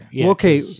Okay